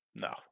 No